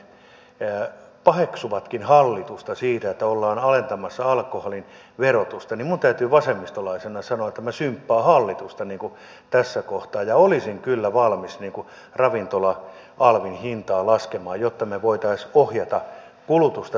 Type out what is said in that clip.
vaikka tässä sosialidemokraatit paheksuvatkin hallitusta siitä että ollaan alentamassa alkoholin verotusta niin minun täytyy vasemmistolaisena sanoa että minä symppaan hallitusta tässä kohtaa ja olisin kyllä valmis ravintola alvin hintaa laskemaan jotta me voisimme ohjata kulutusta